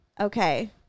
Okay